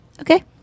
Okay